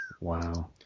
Wow